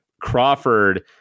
Crawford